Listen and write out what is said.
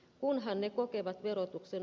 kun hänet kokevat verotuksen